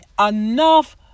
enough